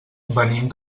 venim